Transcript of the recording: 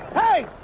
hey!